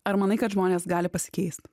ar manai kad žmonės gali pasikeist